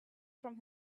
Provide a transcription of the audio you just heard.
from